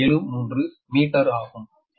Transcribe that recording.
0473 metre ஆகும்